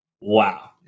Wow